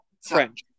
French